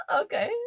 Okay